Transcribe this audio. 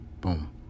Boom